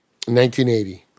1980